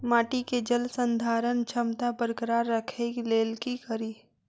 माटि केँ जलसंधारण क्षमता बरकरार राखै लेल की कड़ी?